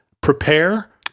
prepare